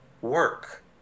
work